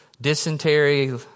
dysentery